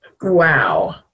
Wow